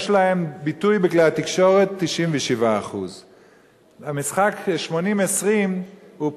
יש להם ביטוי בכלי התקשורת של 97%. המשחק 80 20 מוטה